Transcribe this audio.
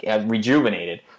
rejuvenated